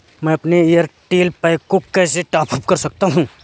मैं अपने Airtel pack को कैसे टॉप अप कर सकता हूँ?